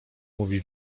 mówi